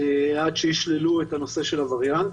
עד שישללו את הנושא של הווריאנט,